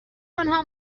آنها